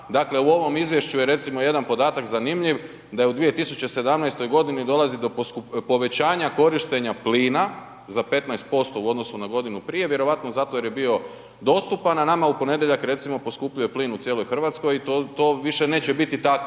Dakle, u ovom izvješću je recimo jedan podatak zanimljiv, da je u 2017. g. dolazi do povećanja korištenja plina za 15% u odnosu na godinu prije, vjerojatno zato jer je bio dostupan, a nama u ponedjeljak recimo poskupljuje plin u cijeloj Hrvatskoj i to više neće biti tako,